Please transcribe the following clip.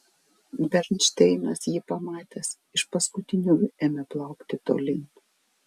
bernšteinas jį pamatęs iš paskutiniųjų ėmė plaukti tolyn